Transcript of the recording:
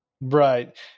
right